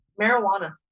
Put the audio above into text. Marijuana